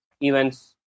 events